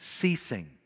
ceasing